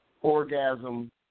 orgasm